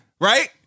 right